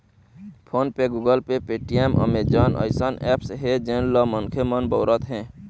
phone पे, Google Pay, Paytm, Amazon अइसन apps हे जेन ल मनखे मन बउरत हें